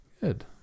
Good